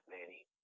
Manny